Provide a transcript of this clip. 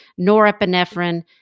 norepinephrine